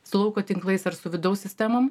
su lauko tinklais ar su vidaus sistemom